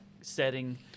setting